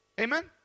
amen